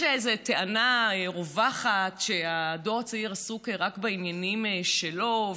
יש איזו טענה רווחת שהדור הצעיר עסוק רק בעניינים שלו,